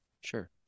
Sure